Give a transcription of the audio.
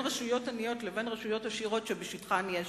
רשויות עניות לבין רשויות עשירות שבשטחן יש